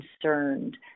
concerned